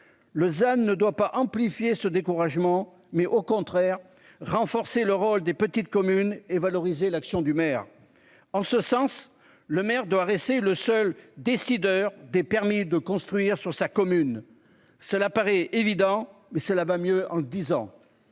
Lausanne ne doit pas amplifier ce découragement mais au contraire renforcer le rôle des petites communes et valoriser l'action du maire en ce sens. Le maire doit rester le seul décideur des permis de construire sur sa commune, cela paraît évident, mais cela va mieux en disant.